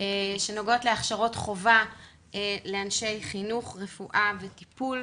שנוגעות להכשרות חובה לאנשי חינוך, רפואה וטיפול.